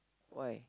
why